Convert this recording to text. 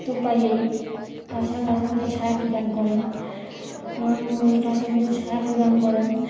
তো পাইই তাছাড়া গাছ আমাদের ছায়া প্রদান করে গাছ আমাদের ছায়া প্রদান করে